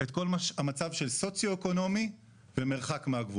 את המצב של סוציו אקונומי ומרחק מהגבול.